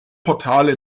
portale